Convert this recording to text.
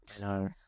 No